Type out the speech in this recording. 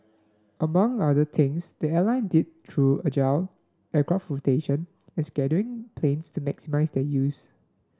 among other things the airline did through agile aircraft rotation and scheduling planes to maximise their use